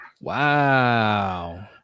Wow